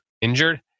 injured